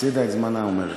הפסידה את זמנה, אתה אומר.